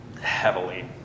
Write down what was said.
heavily